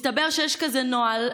מסתבר שיש נוהל כזה,